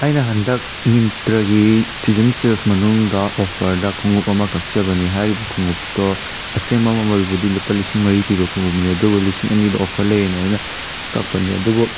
ꯑꯩꯅ ꯍꯟꯗꯛ ꯃꯤꯟꯇ꯭ꯔꯒꯤ ꯁꯤꯖꯟ ꯁꯦꯜꯁ ꯃꯅꯨꯡꯗ ꯑꯣꯐꯔꯗ ꯈꯣꯡꯎꯞ ꯑꯃ ꯀꯛꯆꯕꯅꯤ ꯍꯥꯏꯔꯤꯕ ꯈꯣꯡꯎꯞꯇꯣ ꯑꯁꯦꯡꯕ ꯃꯃꯜꯕꯨꯗꯤ ꯂꯨꯄꯥ ꯂꯤꯁꯤꯡ ꯃꯔꯤ ꯄꯤꯕ ꯈꯣꯡꯎꯞꯅꯦ ꯑꯗꯨꯕꯨ ꯂꯤꯁꯤꯡ ꯑꯅꯤꯗ ꯑꯣꯐꯔ ꯂꯩꯌꯦꯅ ꯑꯩꯅ ꯀꯛꯄꯅꯦ ꯑꯗꯨꯕꯨ